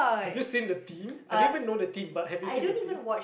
have you seen the team I didn't even know the team but have you seen the team